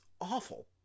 awful